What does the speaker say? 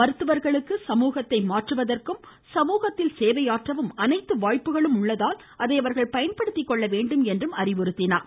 மருத்துவர்களுக்கு சமூகத்தை மாற்றுவதற்கும் சமூகத்தில் சேவையாற்றவும் அனைத்து வாய்ப்புகளும் உள்ளதால் அதை அவர்கள் பயன்படுத்திக்கொள்ள வேண்டும் என்று கேட்டுக்கொண்டார்